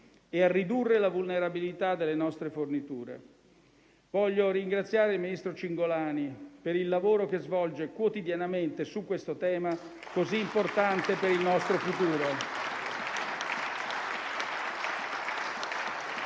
e a ridurre la vulnerabilità delle nostre forniture. Voglio ringraziare il ministro Cingolani per il lavoro che svolge quotidianamente su questo tema così importante per il nostro futuro.